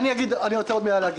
אני מבקש לומר עוד מילה.